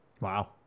Wow